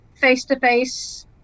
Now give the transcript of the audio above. face-to-face